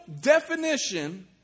definition